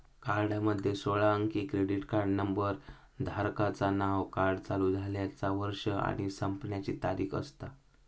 कार्डामध्ये सोळा अंकी क्रेडिट कार्ड नंबर, धारकाचा नाव, कार्ड चालू झाल्याचा वर्ष आणि संपण्याची तारीख असता